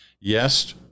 Yes